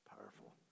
powerful